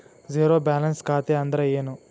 Zero balance ಖಾತೆ ಅಂದ್ರೆ ಏನು?